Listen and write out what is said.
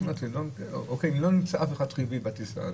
אם לא נמצא אף אחד חיובי בטיסה הזו,